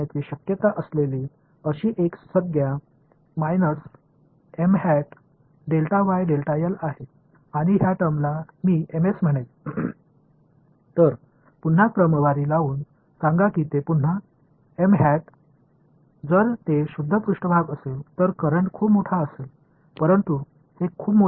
எனவே இதை மீண்டும் வரிசைப்படுத்த இது ஒரு பியூா் சா்பேஸ் கரண்ட் ஆக இருந்தால் மிகப் பெரியதாக இருக்கும் ஆனால் இந்த மிகப் பெரிய அளவு மறைந்துபோகும் சிறிய அளவால் பெருக்கப்பட்டால் எனக்கு ஒரு வரையறுக்கப்பட்ட மேற்பரப்பு மின்னோட்டத்தைக் கொடுக்கப் போகிறது